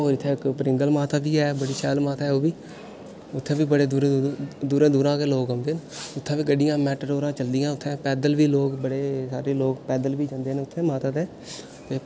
होर इत्थें इक परिंगल माता बी ऐ बड़ी शैल माता ओह् बी उत्थें बी बड़े दूरा दूरा गै लोक औंदे न उत्थें गड्डियां मेटाडोरां चलदियां उत्थें पैद्दल बी बड़े सारे लोक बी पैद्दल बी जंदे न उत्थें माता दे ते